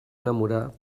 enamorar